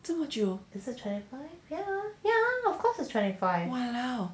twenty five yeah yeah of course is twenty five